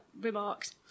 remarks